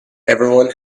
everyone